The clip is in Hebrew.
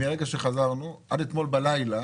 ומרגע שחזרנו עד אתמול בלילה